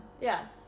Yes